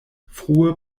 frue